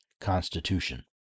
constitution